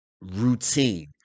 routine